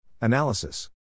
Analysis